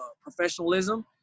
professionalism